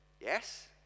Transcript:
Yes